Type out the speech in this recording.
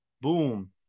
boom